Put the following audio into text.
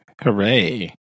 Hooray